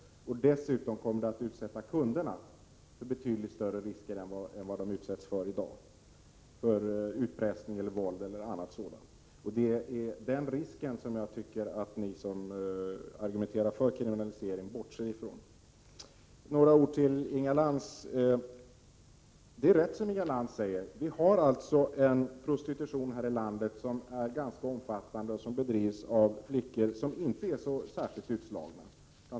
Dessutom kommer kunderna att utsättas för betydligt större risker än de utsätts för i dag: utpressning, våld o.d. Det är den risken jag tycker att ni som argumenterar för kriminalisering bortser från. Några ord till Inga Lantz. Det är rätt som Inga Lantz säger. Vi har en prostitution här i landet som är ganska omfattande och som bedrivs av flickor som inte är särskilt utslagna.